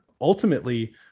Ultimately